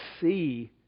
see